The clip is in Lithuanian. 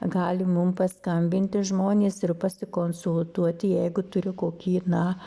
gali mum paskambinti žmonės ir pasikonsultuoti jeigu turi kokį na